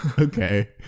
Okay